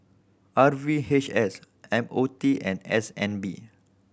R V H S M O T and S N B